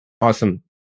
Awesome